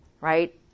right